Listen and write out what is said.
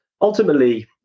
Ultimately